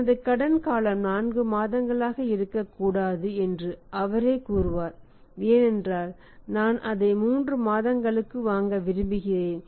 எனது கடன் காலம் 4 மாதங்களாக இருக்கக்கூடாது என்று அவரே கூறுவார் ஏனென்றால் நான் அதை 3 மாதங்களுக்கு வாங்க விரும்புகிறேன்